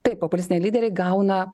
taip populistiniai lyderiai gauna